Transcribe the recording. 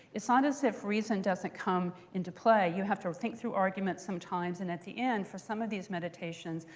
it's not as if reason doesn't come into play. you have to think through arguments sometimes. and at the end, for some of these meditations,